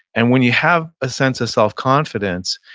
and when you have a sense of self confidence,